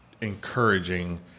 encouraging